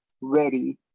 ready